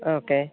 okay